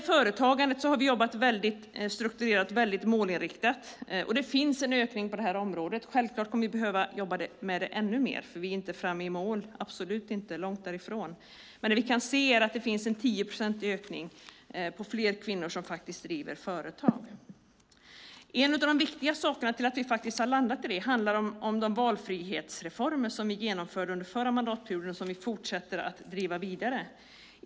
Företagandet har vi jobbat väldigt strukturerat och väldigt målinriktat med. Det finns en ökning på det här området. Självklart kommer vi att behöva jobba med det ännu mer, för vi är inte i mål, absolut inte, långt därifrån, men det vi kan se är att det finns en 10-procentig ökning av antalet kvinnor som faktiskt driver företag. En av de viktigaste orsakerna till att vi har landat i det handlar om de valfrihetsreformer som vi genomförde under förra mandatperioden och som vi fortsätter att driva vidare.